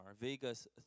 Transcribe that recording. Vega's